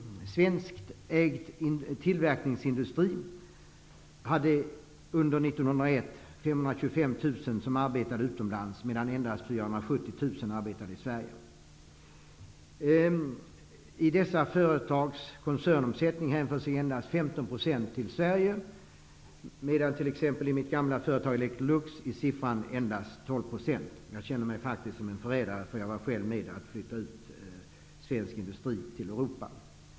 Svenskägd tillverkningsindustri hade 525 000 anställda som arbetade utomlands under 1991, medan endast av dessa företags koncernomsättningar hänförde sig till Sverige. I mitt gamla företag Electrolux är siffran endast 12 %. Jag känner mig som en förrädare. Jag var själv med om att genomföra utflyttningen av svensk industri i Europa.